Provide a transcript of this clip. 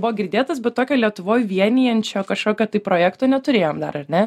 buvo girdėtas bet tokio lietuvoj vienijančio kažkokio tai projekto neturėjom dar ar ne